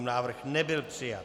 Návrh nebyl přijat.